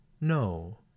no